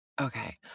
Okay